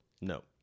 No